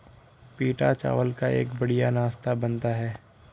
पीटा चावल का एक बढ़िया नाश्ता बनता है